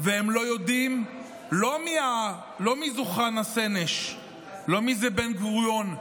והם לא יודעים לא מי זו חנה סנש ולא מי זה בן-גוריון,